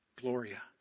Gloria